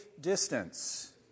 distance